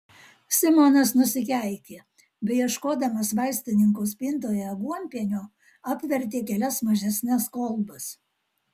simonas nusikeikė beieškodamas vaistininko spintoje aguonpienio apvertė kelias mažesnes kolbas